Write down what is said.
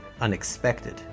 unexpected